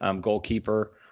goalkeeper